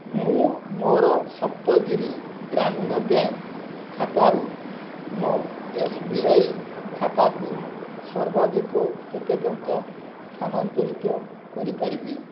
ମୁଁ ମୋର ସପ୍ତଗିରି ଗ୍ରାମୀଣ ବ୍ୟାଙ୍କ୍ ଖାତାରୁ ମୋ ଏସ୍ ବି ଆଇ ଖାତାକୁ ସର୍ବାଧିକ କେତେ ଟଙ୍କା ସ୍ଥାନାନ୍ତରିତ କରିପାରିବି